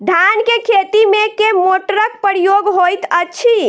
धान केँ खेती मे केँ मोटरक प्रयोग होइत अछि?